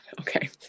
okay